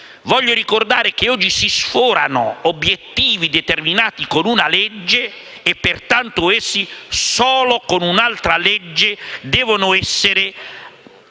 Voglio ricordare che oggi si sforano obiettivi determinati con una legge e, pertanto, essi solo con un'altra legge devono essere